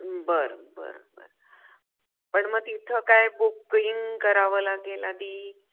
बरं बरं बरं पण मग तिथं काय बुकिंग करावं लागेल आधी